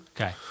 Okay